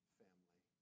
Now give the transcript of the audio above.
family